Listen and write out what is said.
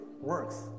works